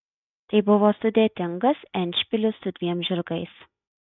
tai buvo sudėtingas endšpilis su dviem žirgais